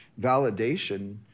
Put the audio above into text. validation